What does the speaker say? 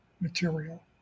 material